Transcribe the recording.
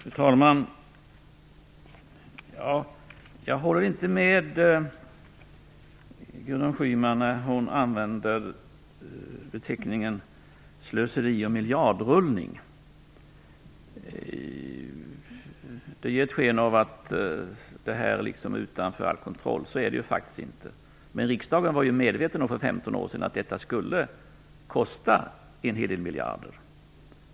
Fru talman! Jag håller inte med Gudrun Schyman när hon här använder uttrycken "slöseri" och "miljardrullning". Det ger ett sken av att detta är utom all kontroll. Så är det faktiskt inte. Men riksdagen var för 15 år sedan medveten om att detta skulle kosta en hel del miljarder.